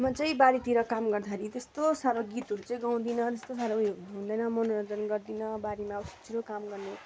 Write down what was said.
म चाहिँ बारीतिर काम गर्दाखेरि त्यस्तो साह्रो गीतहरू चाहिँ गाउँदिनँ त्यस्तो साह्रो उयो हुँदैन मनोरञ्जन गर्दिनँ बारीमा छि छिटो काम गर्ने